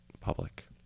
public